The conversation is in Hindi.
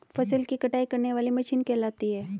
फसल की कटाई करने वाली मशीन कहलाती है?